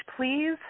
Please